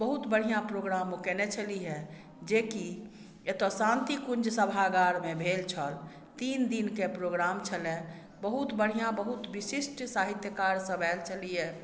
बहुत बढ़िआँ प्रोग्राम ओ कयने छलिह हइ जे कि एतऽ शान्तिकुञ्ज सभागारमे भेल छल तीन दिनके प्रोग्राम छलै बहुत बढ़िआँ बहुत विशिष्ट साहित्यकार सब आयल छलिहे